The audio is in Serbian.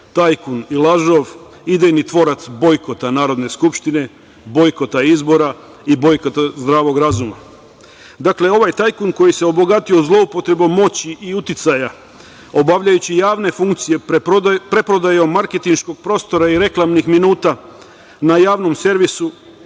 tajkun i lažov, idejni tvorac bojkota Narodne skupštine, bojkota izbora i bojkota zdravog razuma. Dakle, ovaj tajkun koji se obogatio zloupotrebom moći i uticaja, obavljajući javne funkcije, preprodajom marketinškog prostora i reklamnih minuta na javnom servisu